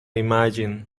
imagine